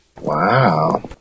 Wow